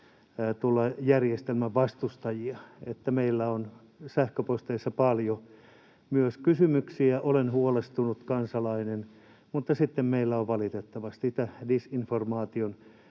tulla järjestelmän vastustajia. Meillä on sähköposteissa paljon kysymyksiä — ”olen huolestunut kansalainen” — mutta sitten meillä on valitettavasti niitä disinformaation